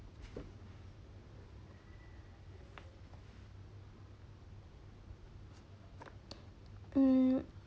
mm